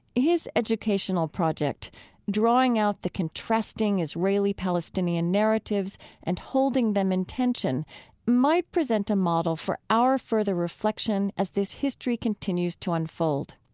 his educational project drawing out the contrasting israeli-palestinian narratives and holding them in tension might present a model for our further reflection as this history continues to unfold